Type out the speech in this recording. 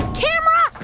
camera,